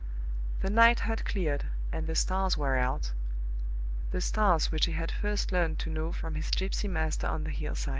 the night had cleared, and the stars were out the stars which he had first learned to know from his gypsy master on the hillside.